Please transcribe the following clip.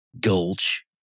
Gulch